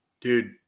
Dude